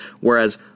Whereas